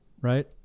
right